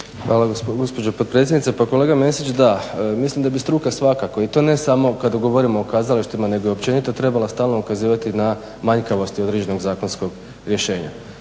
Hvala gospođo potpredsjednice. Pa kolega Mesić da mislim da bi struka svakako i to ne samo kada govorimo o kazalištima nego općenito trebala ukazivati na manjkavosti određenog zakonskog rješenja.